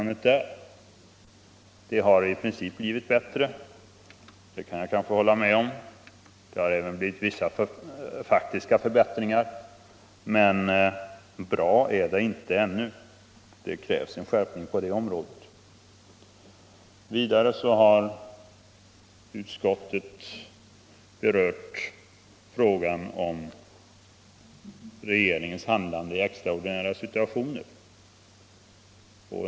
Det har skett vissa faktiska förbättringar — det kan jag kanske hålla med om —- men bra är det inte ännu. Det krävs en skärpning på det området. Vidare har utskottet berört frågan om regeringens handlande i extraordinära situationer.